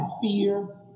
fear